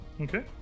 Okay